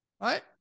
right